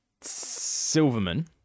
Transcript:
Silverman